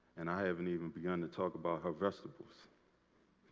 and i haven't even begun to talk about her vegetables.